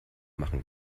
machen